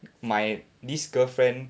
my this girlfriend